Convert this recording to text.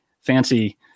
fancy